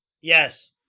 Yes